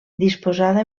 disposada